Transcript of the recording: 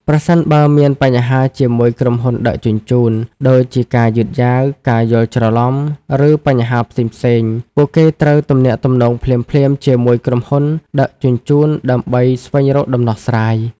ប្រសិនបើមានបញ្ហាជាមួយក្រុមហ៊ុនដឹកជញ្ជូន ដូចជាការយឺតយ៉ាវ ការយល់ច្រឡំ ឬបញ្ហាផ្សេងៗ ពួកគេត្រូវទំនាក់ទំនងភ្លាមៗជាមួយក្រុមហ៊ុនដឹកជញ្ជូនដើម្បីស្វែងរកដំណោះស្រាយ។